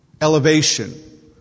elevation